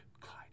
Clyde